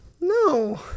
No